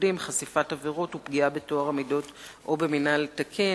עובדים (חשיפת עבירות ופגיעה בטוהר המידות או במינהל תקין).